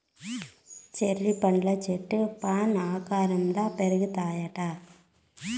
cherry పండ్ల చెట్లు fan ఆకారంల పెరుగుతాయిట